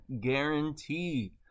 guarantee